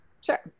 Sure